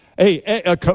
Hey